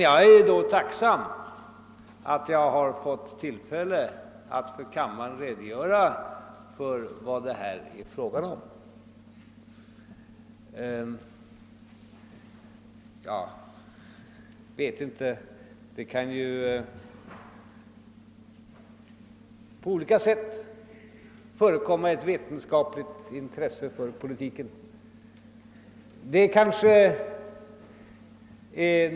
Jag är emellertid tacksam för att jag har fått tillfälle att för kammaren redogöra för vad det är fråga om. Ett vetenskapligt intresse för politiken kan ju ta sig många uttryck.